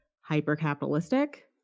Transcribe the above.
hyper-capitalistic